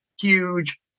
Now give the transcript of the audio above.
huge